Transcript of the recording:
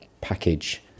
package